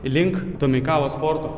link domeikavos forto